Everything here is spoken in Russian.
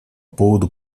поводу